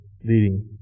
leading